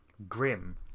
grim